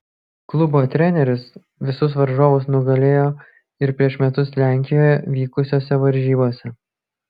klubo treneris visus varžovus nugalėjo ir prieš metus lenkijoje vykusiose varžybose